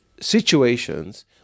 situations